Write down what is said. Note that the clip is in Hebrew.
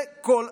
זה כל הסיפור.